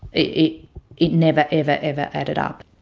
it it never, ever, ever added up.